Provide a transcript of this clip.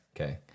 Okay